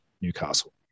Newcastle